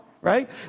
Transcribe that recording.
right